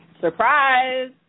Surprise